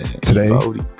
today